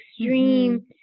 extreme